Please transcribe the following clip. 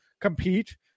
compete